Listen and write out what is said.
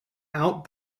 out